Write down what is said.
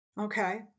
Okay